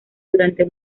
durante